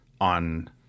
on